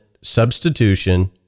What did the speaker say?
substitution